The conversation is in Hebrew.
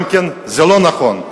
זה לא נכון,